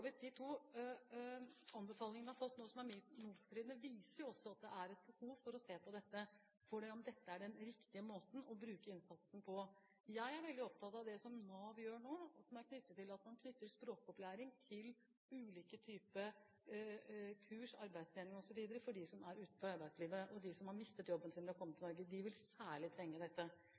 de to anbefalingene vi har fått nå, er motstridende, også viser at det er behov for å se på om dette er den riktige måten å rette inn innsatsen på. Jeg er veldig opptatt av det som Nav gjør nå, at man knytter språkopplæring til ulike typer kurs, arbeidstrening osv. for dem som er utenfor arbeidslivet, og dem som har mistet jobben sin ved å komme til Norge. De vil særlig trenge dette.